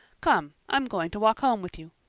come, i'm going to walk home with you.